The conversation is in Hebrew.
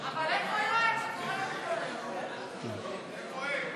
ההצעה להעביר את הצעת החוק למניעת הסתננות (עבירות ושיפוט)